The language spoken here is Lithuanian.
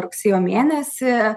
rugsėjo mėnesį